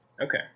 Okay